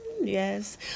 Yes